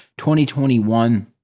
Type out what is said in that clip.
2021